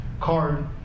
card